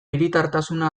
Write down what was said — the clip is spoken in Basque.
hiritartasuna